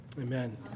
Amen